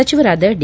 ಸಚಿವರಾದ ಡಿ